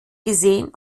gesehen